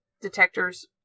detectors